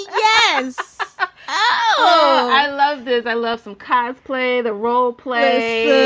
yeah oh, i love this. i love some cats play the role play.